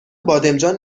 بادمجان